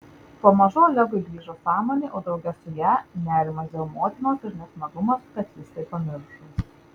pamažu olegui grįžo sąmonė o drauge su ja nerimas dėl motinos ir nesmagumas kad jis tai pamiršo